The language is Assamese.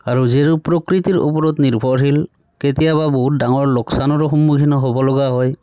আৰু যিহেতু প্ৰকৃতিৰ ওপৰত নিৰ্ভৰশীল কেতিয়াবা বহুত ডাঙৰ লোকচানৰো সন্মুখীন হ'ব লগা হয়